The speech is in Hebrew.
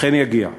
אכן יגיע.